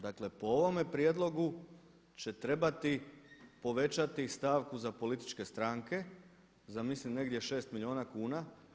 Dakle, po ovome prijedlogu će trebati povećati stavku za političke stranke za mislim negdje 6 milijuna kuna.